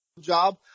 job